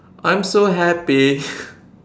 I'm so happy